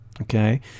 okay